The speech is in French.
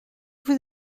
vous